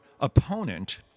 opponent